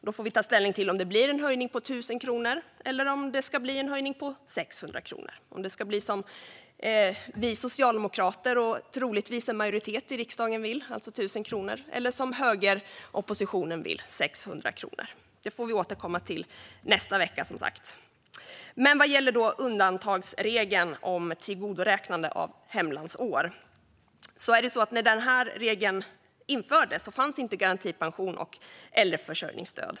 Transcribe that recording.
Då får vi ta ställning till om det ska bli en höjning med 1 000 kronor, som vi socialdemokrater och troligtvis en majoritet i riksdagen vill, eller om det ska bli en höjning med 600 kronor, som högeroppositionen vill. Men det får vi som sagt återkomma till nästa vecka. När undantagsregeln om tillgodoräknande av hemlandsår infördes fanns inte garantipension och äldreförsörjningsstöd.